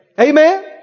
Amen